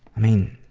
i mean,